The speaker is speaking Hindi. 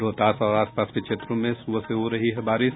रोहतास और आस पास के क्षेत्रों में सुबह से हो रही है बारिश